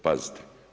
Pazite!